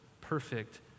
perfect